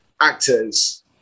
actors